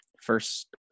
first